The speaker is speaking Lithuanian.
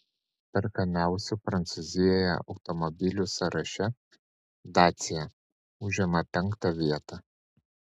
perkamiausių prancūzijoje automobilių sąraše dacia užima penktą vietą